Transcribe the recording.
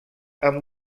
amb